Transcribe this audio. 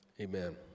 amen